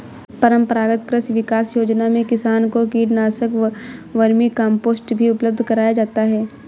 परम्परागत कृषि विकास योजना में किसान को कीटनाशक, वर्मीकम्पोस्ट भी उपलब्ध कराया जाता है